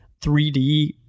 3D